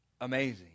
amazing